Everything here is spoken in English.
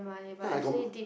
now I got